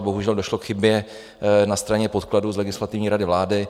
Bohužel došlo k chybě na straně podkladů z Legislativní rady vlády.